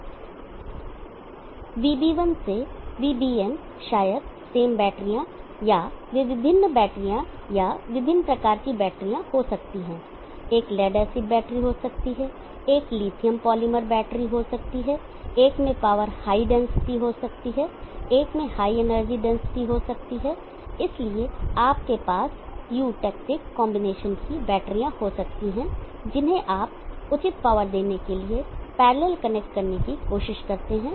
VB1 से VBn शायद same बैटरीआ या वे विभिन्न बैटरीआ या विभिन्न प्रकार की बैटरीआ हो सकती हैं एक लेड एसिड बैटरी हो सकती है एक लिथियम पॉलीमर बैटरी हो सकती है एक में पावर हाई डेंसिटी हो सकती है एक में हाई एनर्जी डेंसिटी हो सकती है इसलिए आपके पास यूटेक्टिक कांबिनेशंस की बैटरीआ हो सकती हैं जिन्हें आप उचित पावर देने के लिए पैरलल कनेक्ट करने की कोशिश करते हैं